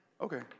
Okay